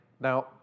Now